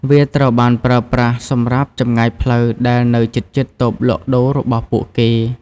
វាត្រូវបានប្រើប្រាស់សម្រាប់ចម្ងាយផ្លូវដែលនៅជិតៗតូបលក់ដូររបស់ពួកគេ។